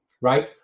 right